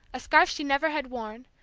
a scarf she never had worn,